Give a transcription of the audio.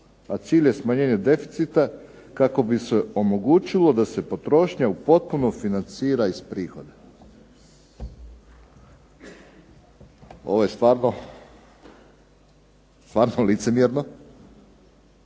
a cilj je smanjenje deficita kako bi se omogućilo da se potrošnja u potpunosti financira iz prihoda". Ovo je stvarno licemjerno,